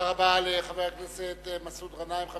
תודה רבה לחבר הכנסת מסעוד גנאים.